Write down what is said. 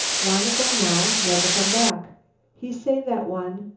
wanna go now never come back he say, that one,